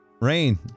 Rain